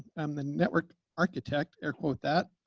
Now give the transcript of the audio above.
i'm the network architect, air quote that,